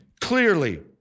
clearly